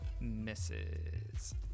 misses